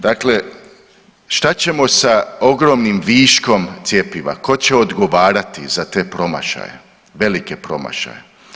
Dakle, šta ćemo sa ogromnim viškom cjepiva, ko će odgovarati za te promašaje, velike promašaje?